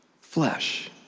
flesh